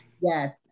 Yes